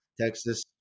Texas